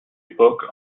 époque